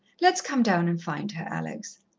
let's come down and find her, alex.